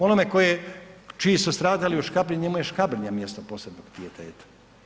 Onome čiji su stradali u Škabrnji njemu je Škabrnja mjesto posebnog pijeteta.